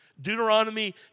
Deuteronomy